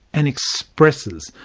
and expresses,